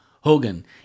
Hogan